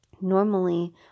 normally